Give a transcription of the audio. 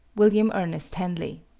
william ernest henley.